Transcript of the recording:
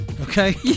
Okay